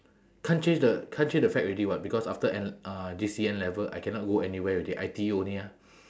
can't change the can't change the fact already [what] because after N uh G_C_E N-level I cannot go anywhere already I_T_E only ah